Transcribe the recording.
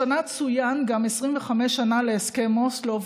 השנה צוינו גם 25 שנה להסכם אוסלו,